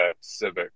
Civic